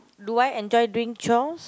do I enjoy doing chores